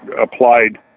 applied